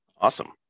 Awesome